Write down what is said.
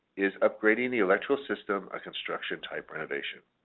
is upgrading the electrical system a construction type renovation?